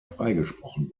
freigesprochen